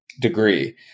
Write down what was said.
Degree